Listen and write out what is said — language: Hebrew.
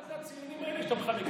מה זה הציונים האלה שאתה מחלק עכשיו?